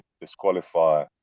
disqualify